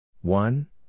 one